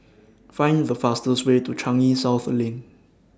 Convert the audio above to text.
Find The fastest Way to Changi South Lane